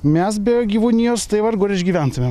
mes be gyvūnijos tai vargu ar išgyventumėm